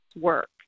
work